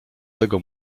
tego